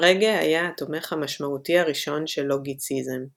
פרגה היה התומך המשמעותי הראשון של לוגיציזם –